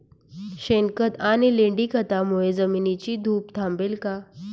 शेणखत आणि लेंडी खतांमुळे जमिनीची धूप थांबेल का?